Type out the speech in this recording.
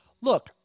look